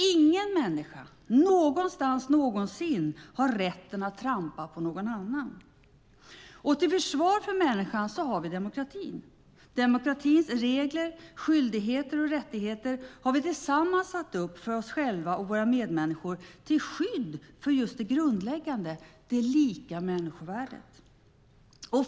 Ingen människa - någonstans, någonsin - har rätten att trampa på någon annan. Till försvar för människan har vi demokratin. Demokratins regler, skyldigheter och rättigheter har vi tillsammans satt upp för oss själva och våra medmänniskor till skydd för just det grundläggande - det lika människovärdet.